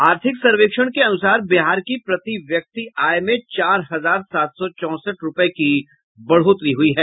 आर्थिक सर्वेक्षण के अनुसार बिहार की प्रति व्यक्ति आय में चार हजार सात सौ चौसठ रूपये की बढोतरी हुई है